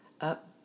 up